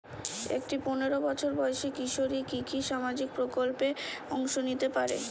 একটি পোনেরো বছর বয়সি কিশোরী কি কি সামাজিক প্রকল্পে অংশ নিতে পারে?